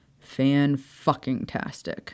fan-fucking-tastic